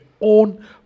own